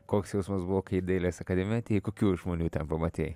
koks jausmas buvo kai dailės akademijoj tai kokių žmonių ten pamatei